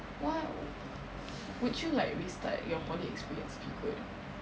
what would you like restart your poly experience if you could